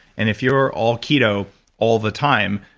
and if you're all keto all the time,